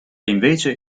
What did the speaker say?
invece